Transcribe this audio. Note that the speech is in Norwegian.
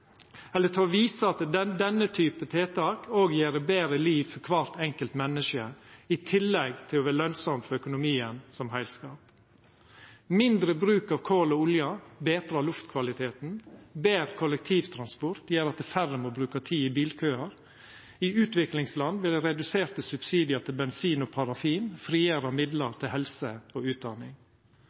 eller til å visa at denne typen tiltak òg gjev betre liv for kvart enkelt menneske, i tillegg til å vera lønsamt for økonomien som heilskap. Mindre bruk av kol og olje betrar luftkvaliteten. Betre kollektivtransport gjer at færre må bruka tid i bilkøar. I utviklingsland vil reduserte subsidiar til bensin og parafin frigjera midlar til helse og utdanning.